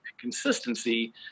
consistency